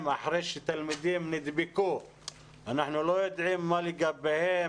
אחרי שתלמידים נדבקו - אנחנו לא יודעים מה לגביהם?